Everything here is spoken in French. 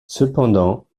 cependant